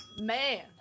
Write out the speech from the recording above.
man